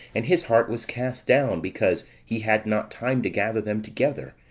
and his heart was cast down because he had not time to gather them together,